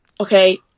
Okay